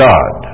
God